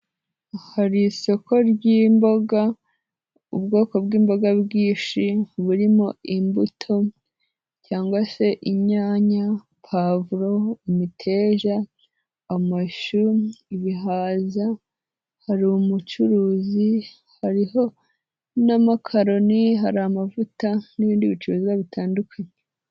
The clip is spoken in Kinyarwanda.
Hari isoko ry'imboga, ubwoko bw'imboga bwinshi burimo imbuto cyangwa se inyanya, pavuro, imiteja, amashu, ibihaza, hari umucuruzi, hariho n'amakaroni, hari amavuta n'ibindi bicuruzwa bitandukanye.